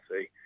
see